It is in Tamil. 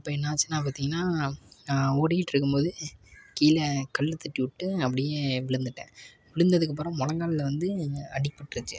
அப்போ என்னாச்சுன்னா பார்த்தீங்கன்னா நான் ஓடிக்கிட்டிருக்கும்மோது கீழே கல் தட்டி விட்டு அப்படியே விழுந்துட்டேன் விழுந்ததுக்கப்புறோம் முழங்கால்ல வந்து அடிப்பட்ருச்சு